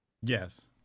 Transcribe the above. Yes